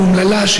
האומללה,